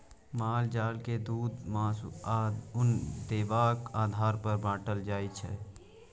माल जाल के दुध, मासु, आ उन देबाक आधार पर बाँटल जाइ छै